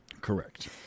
Correct